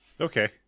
Okay